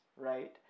right